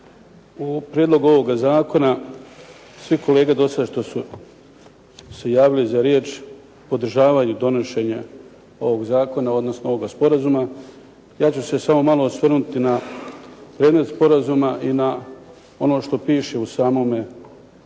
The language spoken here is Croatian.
u prijedlogu ovoga zakona svi kolege dosad što su se javili za riječ podržavaju donošenje ovog zakona odnosno ovoga sporazuma. Ja ću se samo malo osvrnuti na predmet sporazuma i na ono što piše u samome